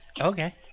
Okay